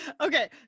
Okay